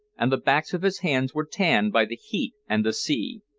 and the backs of his hands were tanned by the heat and the sea.